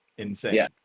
Insane